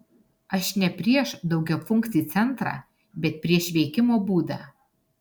aš ne prieš daugiafunkcį centrą bet prieš veikimo būdą